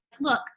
look